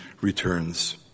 returns